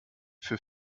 für